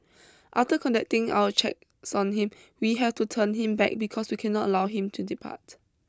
after conducting our checks on him we have to turn him back because we cannot allow him to depart